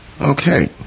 Okay